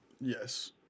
Yes